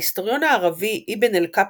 ההיסטוריון הערבי אבן אלקפטי,